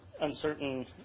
uncertain